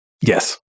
yes